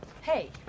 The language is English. Hey